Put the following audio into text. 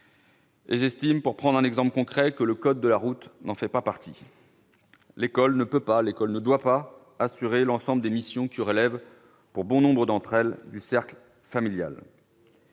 fondamentaux. Pour prendre un exemple concret, j'estime que le code de la route n'en fait pas partie : l'école ne peut pas, l'école ne doit pas, assurer l'ensemble des missions qui relèvent, pour bon nombre d'entre elles, du cercle familial.